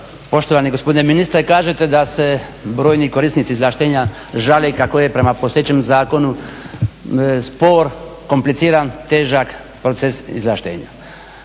Poštovani gospodine ministre, kažete da se brojni korisnici izvlaštenja žale kako je prema postojećem zakonu spor kompliciran, težak proces izvlaštenja.